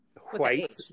white